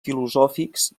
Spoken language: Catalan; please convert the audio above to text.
filosòfics